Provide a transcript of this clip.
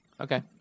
Okay